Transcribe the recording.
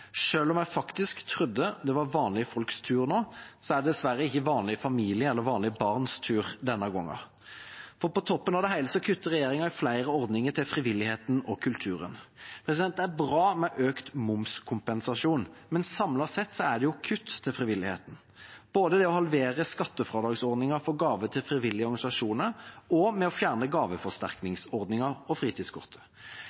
om jeg faktisk trodde det var vanlige folks tur nå, er det dessverre ikke vanlige familier eller vanlige barns tur denne gangen. For på toppen av det hele kutter regjeringa i flere ordninger til frivilligheten og kulturen. Det er bra med økt momskompensasjon, men samlet sett er det jo kutt til frivilligheten – både det å halvere skattefradragsordningen for gaver til frivillige organisasjoner og det å fjerne